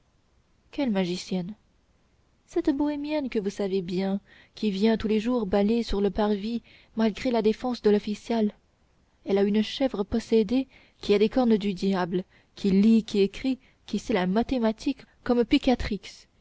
quelle magicienne cette bohémienne que vous savez bien qui vient tous les jours baller sur le parvis malgré la défense de l'official elle a une chèvre possédée qui a des cornes du diable qui lit qui écrit qui sait la mathématique comme